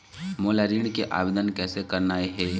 मोला ऋण के आवेदन कैसे करना हे?